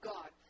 God